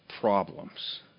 problems